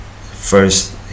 first